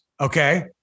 Okay